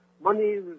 money